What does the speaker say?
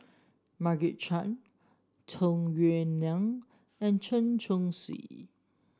Margaret Chan Tung Yue Nang and Chen Chong Swee